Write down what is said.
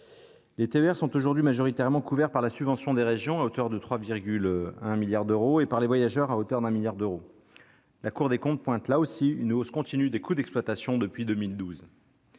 Les TER sont aujourd'hui majoritairement couverts par la subvention des régions, à hauteur de 3,1 milliards d'euros, et par les voyageurs, à hauteur de 1 milliard d'euros. La Cour des comptes pointe, là aussi, une hausse continue des coûts d'exploitation depuis 2012.